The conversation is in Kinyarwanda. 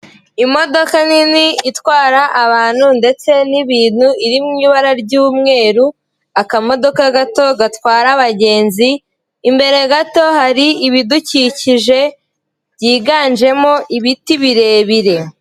Imodoka nini itwara abantu ndetse n'ibintu iri mu ibara ry'umweru, akamodoka gato gatwara abagenzi imbere gato hari ibidukikije byiganjemo ibiti birebire.